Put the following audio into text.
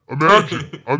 imagine